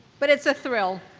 but it's a thrill.